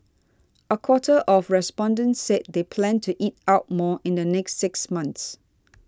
a quarter of respondents said they plan to eat out more in the next six months